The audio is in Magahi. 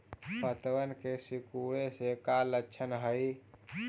पत्तबन के सिकुड़े के का लक्षण हई?